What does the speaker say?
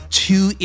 two